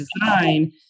design